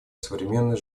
современной